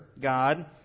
God